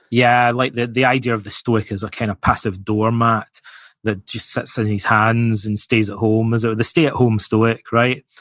yeah, like the the idea of the stoic as a kind of passive doormat that just sits on his hands and stays at home, so the stay at home stoic, right?